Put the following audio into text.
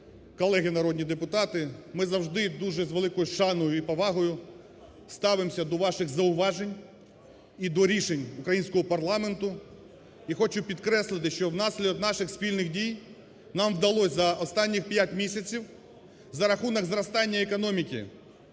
колеги, народні депутати! Ми зажди дуже з великою шаною і повагою ставимося до ваших зауважень, і до рішень українського парламенту. І хочу підкреслити, що внаслідок наших спільних дій нам вдалося за останні п'ять місяців, за рахунок зростання економіки